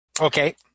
Okay